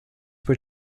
were